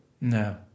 No